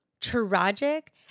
tragic